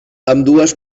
ambdues